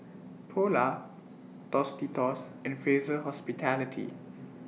Polar Tostitos and Fraser Hospitality